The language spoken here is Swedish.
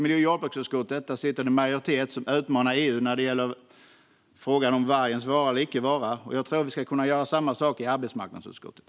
I miljö och jordbruksutskottet sitter en majoritet som utmanar EU när det gäller frågan om vargens vara eller icke vara. Jag tror att vi skulle kunna göra samma sak i arbetsmarknadsutskottet.